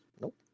Nope